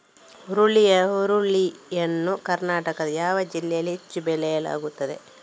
ಹುರುಳಿ ಯನ್ನು ಕರ್ನಾಟಕದ ಯಾವ ಜಿಲ್ಲೆಯಲ್ಲಿ ಹೆಚ್ಚು ಬೆಳೆಯಲಾಗುತ್ತದೆ?